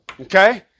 Okay